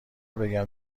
بگم